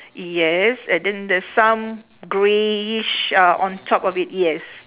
yes and then there's some greyish uh on top of it yes